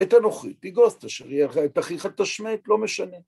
את אנוכי תנגוס תשרה , את אחיך תשמד, לא משנה.